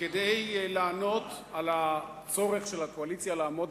כדי לענות על הצורך של הקואליציה לעמוד